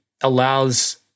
allows